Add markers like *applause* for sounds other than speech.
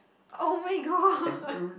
oh my god *laughs*